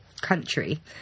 country